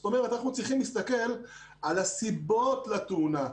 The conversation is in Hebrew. זאת אומרת, אנחנו צריכים להסתכל על הסיבות לתאונה,